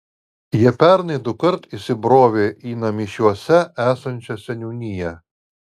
jie pernai dukart įsibrovė į namišiuose esančią seniūniją